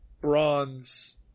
bronze